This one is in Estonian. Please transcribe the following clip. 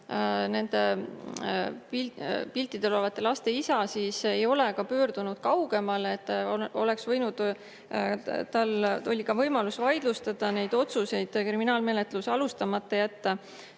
Nendel piltidel olevate laste isa ei ole pöördunud kaugemale, kuigi oleks võinud, tal oli ka võimalus vaidlustada neid otsuseid kriminaalmenetlus alustamata jätta